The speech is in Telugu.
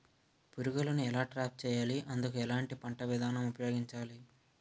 పురుగులను ఎలా ట్రాప్ చేయాలి? అందుకు ఎలాంటి పంట విధానం ఉపయోగించాలీ?